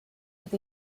with